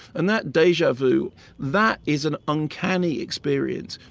and that deja vu that is an uncanny experience,